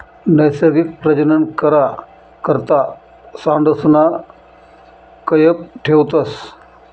नैसर्गिक प्रजनन करा करता सांडसना कयप ठेवतस